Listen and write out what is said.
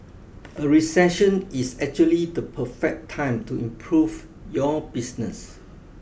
a recession is actually the perfect time to improve your business